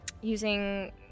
using